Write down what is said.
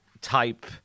type